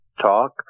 talk